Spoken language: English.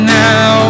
now